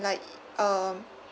like um